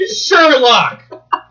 Sherlock